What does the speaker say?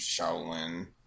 Shaolin